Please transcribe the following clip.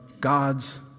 God's